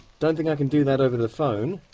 don't think i can do that over the phone.